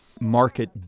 market